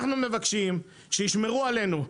אנחנו מבקשים שישמרו עלינו.